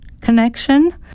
connection